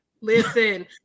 listen